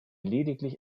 lediglich